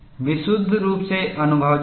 विशुद्ध रूप से अनुभवजन्य